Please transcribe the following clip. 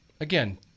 Again